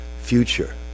future